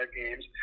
games